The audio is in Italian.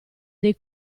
dei